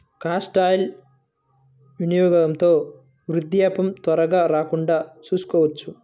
castor oil వినియోగంతో వృద్ధాప్యం త్వరగా రాకుండా చూసుకోవచ్చు